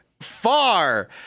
far